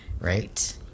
Right